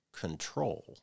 control